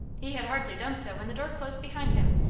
he had hardly done so when the door closed behind him,